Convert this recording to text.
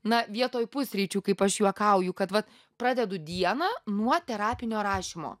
na vietoj pusryčių kaip aš juokauju kad vat pradedu dieną nuo terapinio rašymo